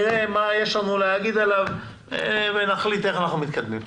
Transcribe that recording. נראה מה יש לנו להגיד עליו ונחליט איך אנחנו מתקדמים.